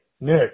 Nick